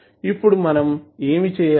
ఇప్పుడు మనము ఏమి చేయాలి